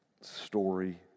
story